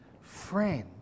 friend